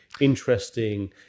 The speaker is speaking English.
interesting